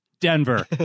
Denver